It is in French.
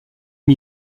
des